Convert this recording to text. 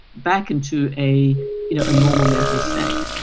back into a you know normal mental state.